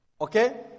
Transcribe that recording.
Okay